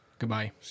Goodbye